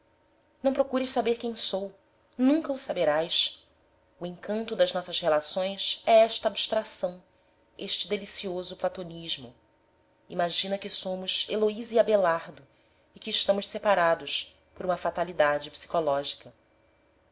não procures saber quem sou nunca o saberás o encanto das nossas relações é esta abstração este delicioso platonismo imagina que somos heloísa e abelardo e que estamos separados por uma fatalidade psicológica